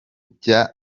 by’abarabu